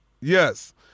Yes